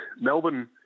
Melbourne